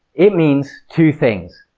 it means two things,